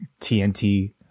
TNT